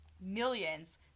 millions